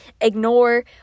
ignore